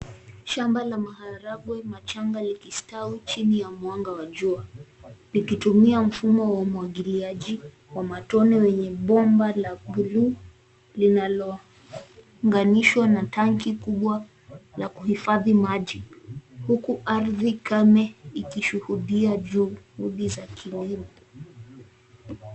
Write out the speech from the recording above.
Shamba la maharagwe machanga likistawi chini ya mwanga wa jua likitumia mfumo wa umwagiliaji wa matone wenye bomba la bluu linalounganishwa na tanki kubwa la kuhifadhi maji huku ardhi kame ikishuhudia juhudi za kilimo .